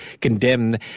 condemn